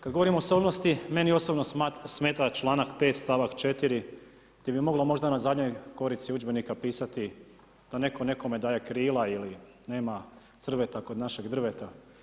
Kad govorimo o osobnosti meni osobno smeta članak 5. stavak 4. gdje bi mogla možda na zadnjoj korici udžbenika pisati da netko nekome daje krila ili nema crveta kod našeg drveta.